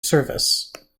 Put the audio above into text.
service